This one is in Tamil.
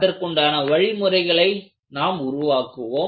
அதற்குண்டான வழிமுறைகளை நாம் உருவாக்குவோம்